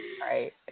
right